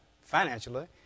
financially